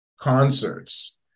concerts